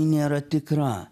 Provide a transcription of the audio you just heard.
nėra tikra